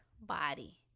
body